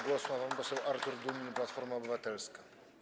Głos ma pan poseł Artur Dunin, Platforma Obywatelska.